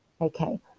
Okay